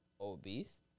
obese